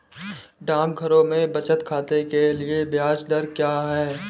डाकघरों में बचत खाते के लिए ब्याज दर क्या है?